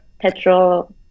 petrol